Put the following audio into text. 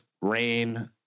rain